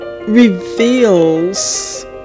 reveals